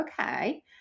okay